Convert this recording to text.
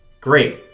great